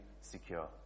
secure